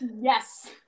Yes